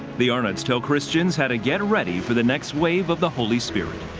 the arnotts tell christians how to get ready for the next wave of the holy spirit.